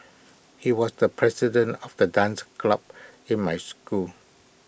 he was the president of the dance club in my school